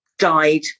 Died